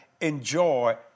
enjoy